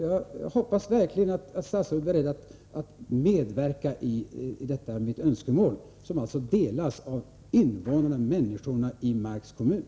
Jag hoppas verkligen att statsrådet är beredd att medverka till förverkligandet av detta mitt önskemål, som alltså delas av invånarna i Marks kommun.